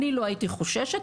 אני לא הייתי חוששת.